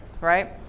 Right